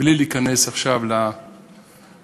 בלי להיכנס עכשיו לוויכוח: